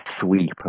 sweep